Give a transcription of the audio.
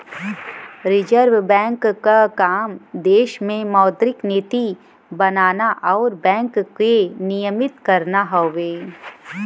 reserve bank क काम देश में मौद्रिक नीति बनाना आउर बैंक के नियमित करना हउवे